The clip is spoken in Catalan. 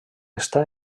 està